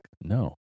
No